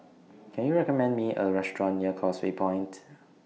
Can YOU recommend Me A Restaurant near Causeway Point